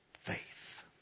faith